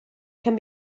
can